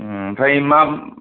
ओमफ्राय मा